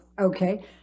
Okay